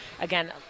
Again